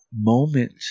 moment